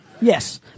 Yes